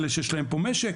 האלה שיש להם פה משק,